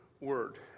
word